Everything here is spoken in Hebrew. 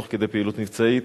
תוך כדי פעילות מבצעית,